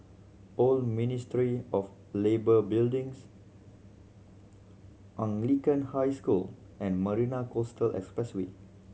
Old Ministry of Labour Buildings Anglican High School and Marina Coastal Expressway